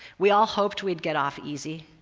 we all hoped we'd get off easy.